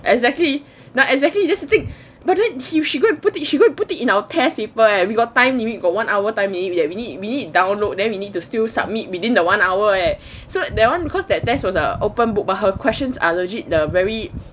exactly exactly that's the thing but then she go and put it put it she go and put it in our test paper eh we got time limit you got one hour time eh and we need we need download then we need to still submit within the one hour eh so that one cause that test was a open book but her questions are legit the very